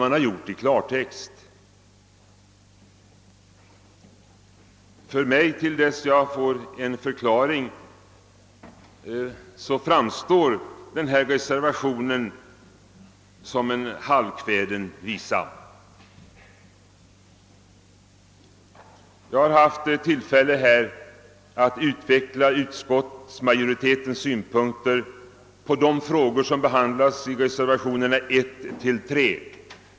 För mig framstår denna reservation, till dess att jag får en förklaring, som en halvkväden visa. Herr talman! Jag har haft tillfälle att utveckla utskottsmajoritetens synpunkpunkter på de frågor som behandlas i reservationerna 1, 2 och 3.